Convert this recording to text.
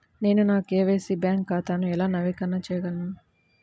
నేను నా KYC bank ఖాతాను ఎలా నవీకరణ చేయగలను?